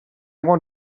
want